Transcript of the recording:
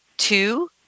Two